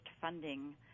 funding